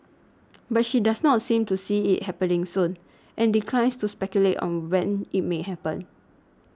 but she does not seem to see it happening soon and declines to speculate on when it may happen